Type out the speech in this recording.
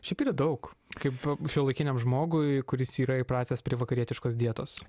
šiaip yra daug kaip šiuolaikiniam žmogui kuris yra įpratęs prie vakarietiškos dietos